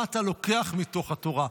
מה אתה לוקח מתוך התורה,